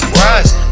rise